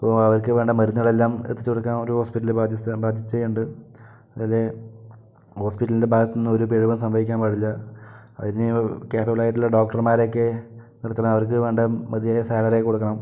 അപ്പോൾ അവർക്ക് വേണ്ട മരുന്നുകളെല്ലാം എത്തിച്ചു കൊടുക്കാൻ ഒരു ഹോസ്പിറ്റലിന് ബാധ്യസ്ഥ ബാധ്യസ്ഥത ഉണ്ട് അതിലെ ഹോസ്പിറ്റലിൻ്റെ ഭാഗത്തു നിന്നും ഒരു പിഴവും സംഭവിക്കാൻ പാടില്ല അതിനു കേപ്പബിളായിട്ടുള്ള ഡോക്ടർമാരെയൊക്കെ നിർത്തണം അവർക്ക് വേണ്ട മതിയായ സാലറി ഒക്കെ കൊടുക്കണം